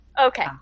Okay